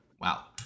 Wow